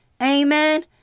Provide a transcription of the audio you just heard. amen